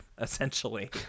essentially